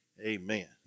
Amen